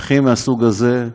נכים מהסוג הזה,